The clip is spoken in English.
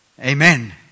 Amen